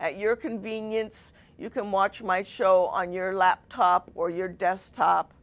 at your convenience you can watch my show on your laptop or your desktop